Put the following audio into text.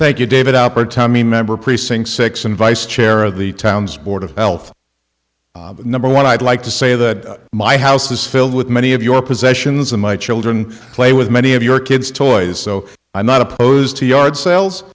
thank you david upper tommy member of precinct six and vice chair of the town's board of health number one i'd like to say that my house is filled with many of your possessions and my children play with many of your kids toys so i'm not opposed to yard sales